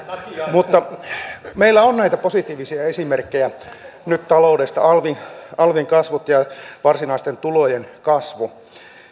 meillä on nyt näitä positiivisia esimerkkejä taloudesta alvin alvin kasvut ja varsinaisten tulojen kasvu